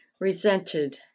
resented